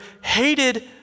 hated